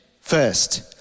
first